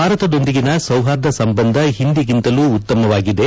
ಭಾರತದೊಂದಿಗಿನ ಸೌಹಾರ್ದ ಸಂಬಂಧ ಹಿಂದಿಗಿಂತಲೂ ಉತ್ತಮವಾಗಿದೆ